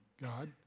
God